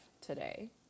today